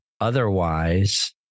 Otherwise